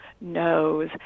knows